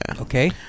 Okay